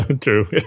true